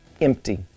empty